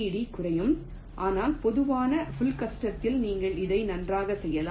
D குறையும் ஆனால் பொதுவான புள் கஸ்டம்த்தில் நீங்கள் இதை நன்றாக செய்யலாம்